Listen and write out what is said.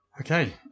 Okay